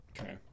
okay